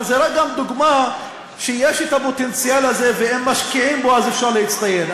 אבל זה גם דוגמה שיש הפוטנציאל הזה ואם משקיעים בו אפשר להצטיין.